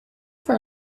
for